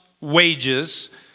wages